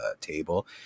table